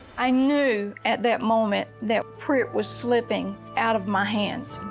i knew at that moment that prit was slipping out of my hands.